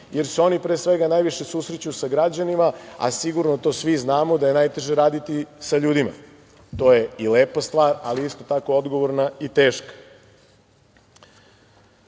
jer se oni pre svega najviše, pre svega, susreću sa građanima, a sigurno to svi znamo da je najteže raditi sa ljudima. To je i lepa stvar, ali isto tako odgovorna i teška. Kada